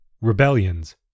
Rebellions